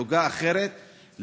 פלוגה אחרת,